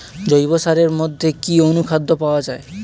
জৈব সারের মধ্যে কি অনুখাদ্য পাওয়া যায়?